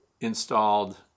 installed